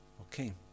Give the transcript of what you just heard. Okay